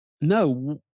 No